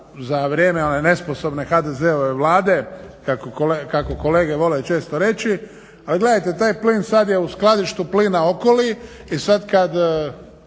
za vrijeme one nesposobne HDZ-ove vlade kako kolege vole često reći, ali gledajte taj plin sada je u Skladištu plina Okoli i sada kada